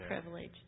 privilege